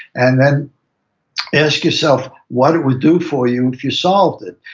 and then ask yourself what it would do for you if you solved it,